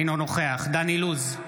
אינו נוכח דן אילוז,